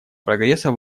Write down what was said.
прогресса